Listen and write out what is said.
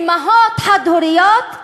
אימהות חד-הוריות,